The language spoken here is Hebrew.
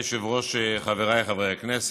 אדוני היושב-ראש, חבריי חברי הכנסת,